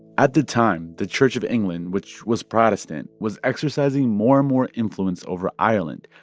at the time, the church of england, which was protestant, was exercising more and more influence over ireland,